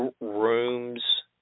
rooms